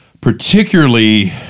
particularly